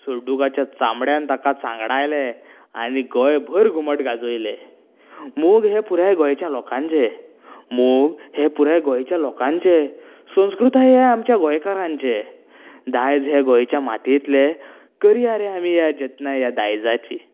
सोड्डुकाच्या चामड्यान ताका सांगडायलें आनी गोंयभर घुमट गाजयलें मोग हें पुराय गोंयच्या लोकांचें मोग हें पुराय गोंयच्या लोकांचें संस्कृताय हें आमच्या गोंयकारांचें दायज हें गोंयच्या मातयेंतलें करिया रे आमी जतनाय ह्या दायजाची